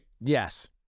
Yes